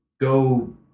go